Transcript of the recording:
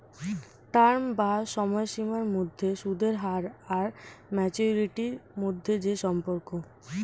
term বা সময়সীমার মধ্যে সুদের হার আর ম্যাচুরিটি মধ্যে যে সম্পর্ক